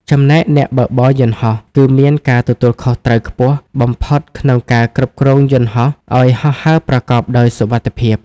ចំណែកអ្នកបើកបរយន្តហោះ គឺមានការទទួលខុសត្រូវខ្ពស់បំផុតក្នុងការគ្រប់គ្រងយន្តហោះឲ្យហោះហើរប្រកបដោយសុវត្ថិភាព។